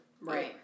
Right